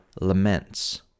laments